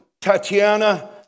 Tatiana